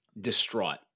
distraught